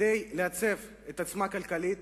כדי לייצב את עצמה כלכלית,